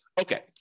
Okay